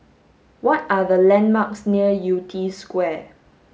what are the landmarks near Yew Tee Square